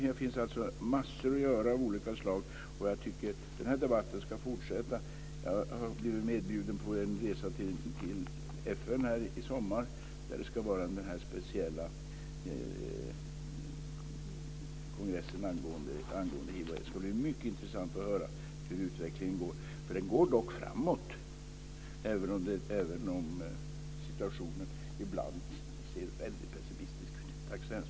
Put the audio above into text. Här finns alltså massor att göra. Jag tycker att debatten ska fortsätta. Jag har blivit inbjuden till FN i sommar där det ska hållas en konferens om hiv och aids. Det ska bli mycket intressant att höra om hur utvecklingen går. Den går dock framåt, även om situationen ibland ser väldigt pessimistisk ut.